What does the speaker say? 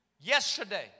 yesterday